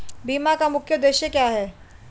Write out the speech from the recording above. बीमा का मुख्य उद्देश्य क्या है?